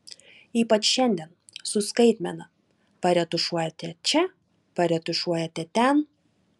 ypač šiandien su skaitmena paretušuojate čia paretušuojate ten